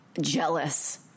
jealous